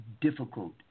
Difficult